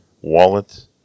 wallet